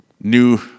new